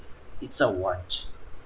it's a want